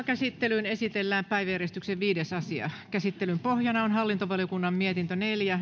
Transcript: käsittelyyn esitellään päiväjärjestyksen viides asia käsittelyn pohjana on hallintovaliokunnan mietintö neljä